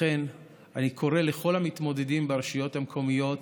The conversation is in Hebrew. לכן אני קורא לכל המתמודדים ברשויות המקומיות,